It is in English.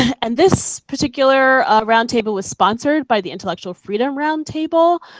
and this particular round table was sponsored by the intellectual freedom round table.